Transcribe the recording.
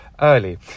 early